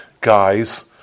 guys